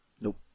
Nope